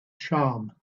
charm